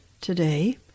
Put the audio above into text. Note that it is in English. today